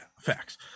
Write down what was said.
facts